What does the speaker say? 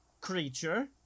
creature